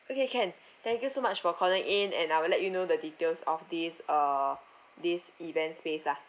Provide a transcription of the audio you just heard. okay can thank you so much for calling in and I will let you know the details of this uh this event space lah